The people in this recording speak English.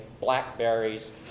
Blackberries